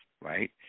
right